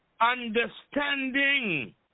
understanding